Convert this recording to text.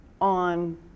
on